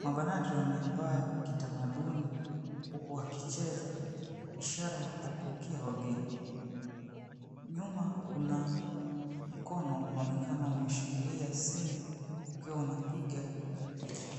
Mabanati wamevaa kitamaduni huku wakicheza ishara ya kuwapokea wageni. Nyuma kuna mkono unaonekana umeshikilia simu ukiwa unapiga picha.